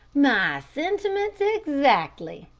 my sentiments exactly,